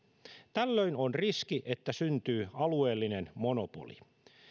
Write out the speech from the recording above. tällöin on riski että syntyy alueellinen monopoli